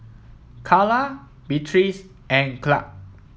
Carla Beatriz and Clark